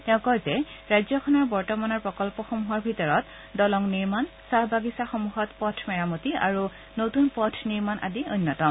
তেওঁ কয় যে ৰাজ্যখনৰ বৰ্তমানৰ প্ৰকল্পসমূহৰ ভিতৰত দলং নিৰ্মাণ চাহ বাগিছা সমূহত পথ মেৰামতি আৰু নতুন পথ নিৰ্মাণ আদি অন্যতম